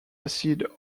acid